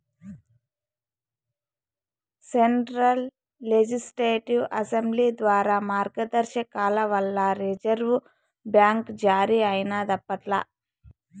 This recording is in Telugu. సెంట్రల్ లెజిస్లేటివ్ అసెంబ్లీ ద్వారా మార్గదర్శకాల వల్ల రిజర్వు బ్యాంక్ జారీ అయినాదప్పట్ల